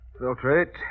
Filtrate